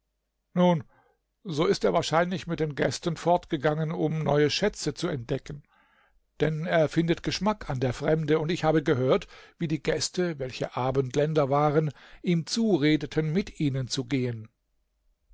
nun so ist er wahrscheinlich mit den gästen fortgegangen um neue schätze zu entdecken denn er findet geschmack an der fremde und ich habe gehört wie die gäste welche abendländer waren ihm zuredeten mit ihnen zu gehen